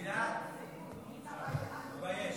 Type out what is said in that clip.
גלעד, תתבייש.